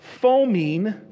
foaming